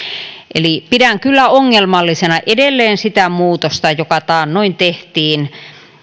eli pidän kyllä ongelmallisena edelleen sitä muutosta joka taannoin tehtiin